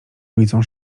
ulicą